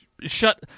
shut